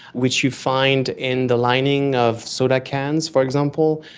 which you find in the lining of soda cans, for example,